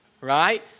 right